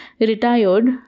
retired